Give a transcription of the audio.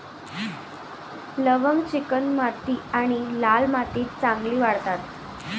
लवंग चिकणमाती आणि लाल मातीत चांगली वाढतात